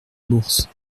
bourse